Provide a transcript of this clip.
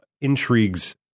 intrigues